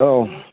औ